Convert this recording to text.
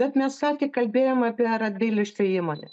bet mes sakė kalbėjom apie radviliškio įmonę